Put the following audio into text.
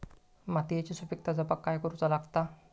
मातीयेची सुपीकता जपाक काय करूचा लागता?